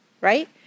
Right